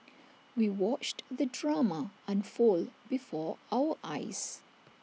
we watched the drama unfold before our eyes